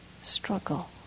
struggle